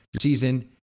season